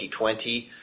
2020